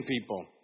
people